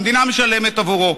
המדינה משלמת עבורו.